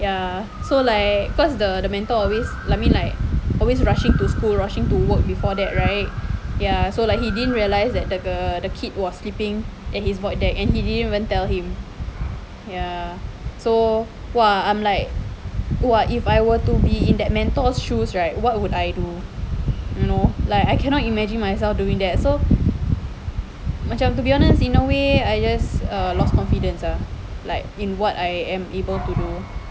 ya so like cause the the mentor always like I mean like always rushing to school rushing to work before that right ya so like he didn't realise that the kid was sleeping at his void deck and he didn't even tell him ya so !wah! I'm like !wah! if I were to be in that mentors shoes right what would I do you know like I cannot imagine myself doing that so macam to be honest in a way I just lost confidence ah like in what I am able to do